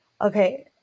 Okay